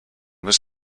was